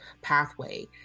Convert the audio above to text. pathway